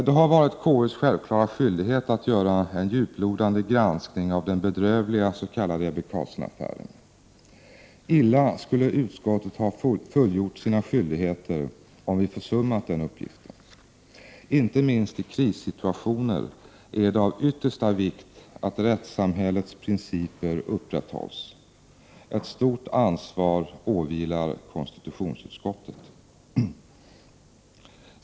Det har varit konstitutionsutskottets självklara skyldighet att göra en djuplodande granskning av den bedrövliga s.k. Ebbe Carlsson-affären. Illa skulle vi i utskottet ha fullgjort våra skyldigheter om vi försummat den uppgiften. Inte minst i krissituationer är det av yttersta vikt att rättssamhällets principer upprätthålls. Ett stort ansvar åvilar konstitutionsutskottet.